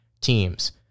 teams